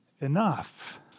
enough